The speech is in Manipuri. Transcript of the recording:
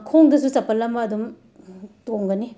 ꯈꯣꯡꯗꯁꯨ ꯆꯄꯜ ꯑꯃ ꯑꯗꯨꯝ ꯇꯣꯡꯒꯅꯤ